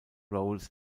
roles